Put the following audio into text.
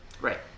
Right